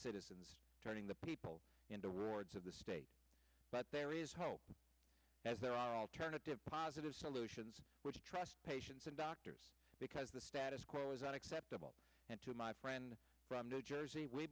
citizens turning the people in the rewards of the state but there is hope as there are alternative positive solutions which trust patients and doctors because the status quo is unacceptable and to my friend from new jersey we